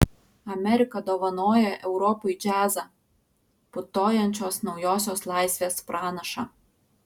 amerika dovanoja europai džiazą putojančios naujosios laisvės pranašą